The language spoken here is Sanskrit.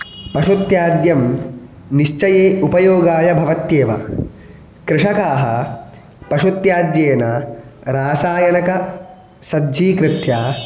पशुत्याज्यं निश्चये उपयोगाय भवत्येव कृषकाः पशुत्याज्येन रासायनकं सज्जीकृत्य